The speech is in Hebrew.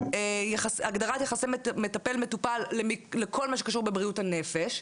ולהגדיר יחסי מטפל מטופל לכל מה שקשור בבריאות הנפש,